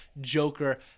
Joker